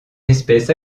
espèce